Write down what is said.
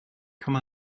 come